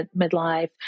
midlife